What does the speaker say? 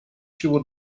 чего